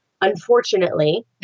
Unfortunately